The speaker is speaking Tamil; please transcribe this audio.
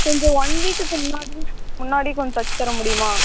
கொஞ்சம் ஒன் வீக்குக்கு முன்னாடி முன்னாடியே கொஞ்சம் தச்சி தர முடியுமா